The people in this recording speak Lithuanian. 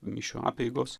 mišių apeigos